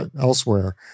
elsewhere